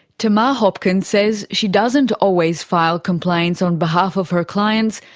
tamara hopkins says she doesn't always file complaints on behalf of her clients,